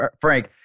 Frank